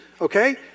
okay